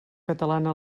catalana